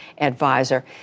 advisor